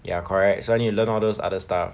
ya correct so I need to learn all those other stuff